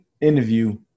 interview